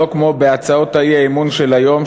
שלא כמו בהצעות האי-אמון של היום,